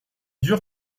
dure